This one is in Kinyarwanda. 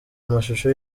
amashusho